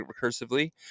recursively